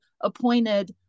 appointed